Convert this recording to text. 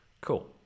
Cool